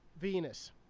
Venus